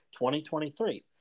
2023